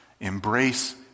embrace